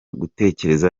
gutekereza